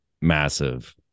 massive